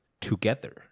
together